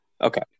Okay